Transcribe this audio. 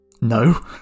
No